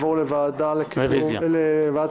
הכדורגלנים והקטינות" לוועדת החינוך,